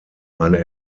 eine